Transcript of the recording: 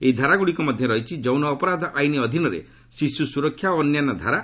ଏହି ଧାରାଗୁଡ଼ିକ ମଧ୍ୟରେ ରହିଛି ଯୌନ ଅପରାଧ ଆଇନ୍ ଅଧୀନରେ ଶିଶୁ ସୁରକ୍ଷା ଓ ଅନ୍ୟାନ୍ୟ ଧାରା